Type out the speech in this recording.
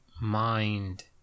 mind